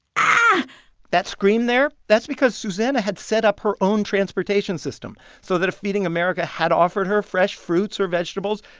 ahh that scream there, that's because susannah had set up her own transportation system so that if feeding america had offered her fresh fruits or vegetables,